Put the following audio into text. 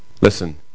listen